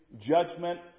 judgment